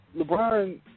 LeBron